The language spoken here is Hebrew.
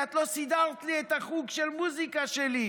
כי את לא סידרת לי את החוג מוזיקה שלי.